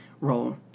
role